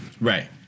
Right